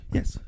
Yes